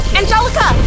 Angelica